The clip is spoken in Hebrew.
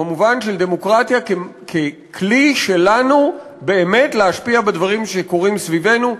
במובן של דמוקרטיה ככלי שלנו באמת להשפיע בדברים שקורים סביבנו,